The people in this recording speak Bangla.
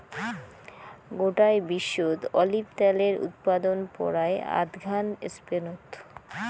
গোটায় বিশ্বত অলিভ ত্যালের উৎপাদন পরায় আধঘান স্পেনত